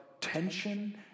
tension